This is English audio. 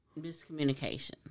miscommunication